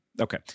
Okay